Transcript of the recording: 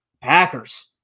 Packers